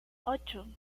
ocho